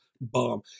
bomb